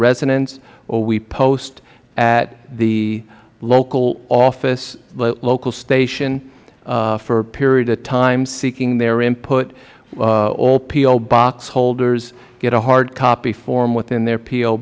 residence or we post at the local office local station for a period of time seeking their input all p o box holders get a hard copy form within their p